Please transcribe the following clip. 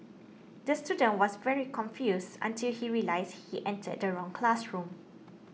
the student was very confused until he realised he entered the wrong classroom